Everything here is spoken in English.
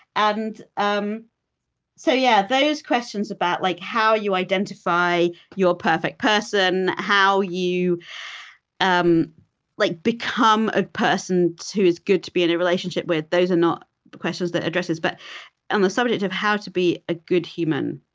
and um so yeah, those questions about like how you identify your perfect person how you um like become a person who is good to be in a relationship with those are not the questions it addresses. but on the subject of how to be a good human,